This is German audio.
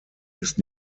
ist